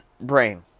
brain